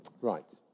Right